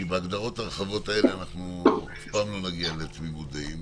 כי בהגדרות הרחבות האלה אף פעם לא נגיע לתמימות דעים,